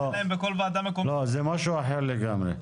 לא, זה משהו אחר לגמרי.